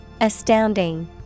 Astounding